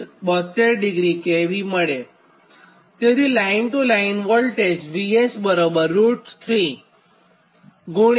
તેથી line to line voltage VS√3129